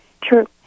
True